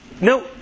no